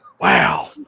wow